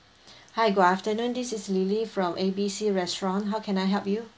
hi good afternoon this is lily from A B C restaurant how can I help you